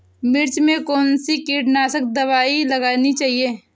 मिर्च में कौन सी कीटनाशक दबाई लगानी चाहिए?